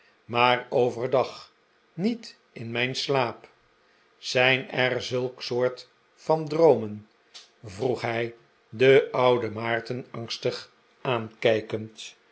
maar overdag niet in mijn slaap zijn er zulk soort van droomen vroeg hij den ouden maarten angstig aankijkend